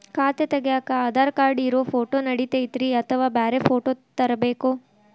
ಖಾತೆ ತಗ್ಯಾಕ್ ಆಧಾರ್ ಕಾರ್ಡ್ ಇರೋ ಫೋಟೋ ನಡಿತೈತ್ರಿ ಅಥವಾ ಬ್ಯಾರೆ ಫೋಟೋ ತರಬೇಕೋ?